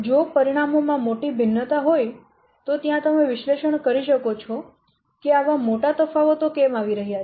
જો પરિણામો માં મોટી ભિન્નતા હોય તો ત્યાં તમે વિશ્લેષણ કરી શકો છો કે આવા મોટા તફાવતો કેમ આવી રહ્યા છે